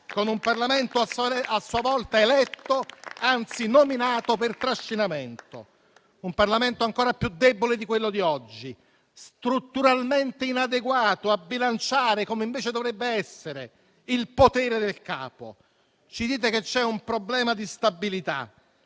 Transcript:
con un Parlamento a sua volta eletto, anzi nominato, per trascinamento e ancora più debole di quello di oggi, strutturalmente inadeguato a bilanciare, come invece dovrebbe essere, il potere del capo. Ci dite che c'è un problema di stabilità,